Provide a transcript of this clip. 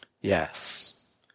yes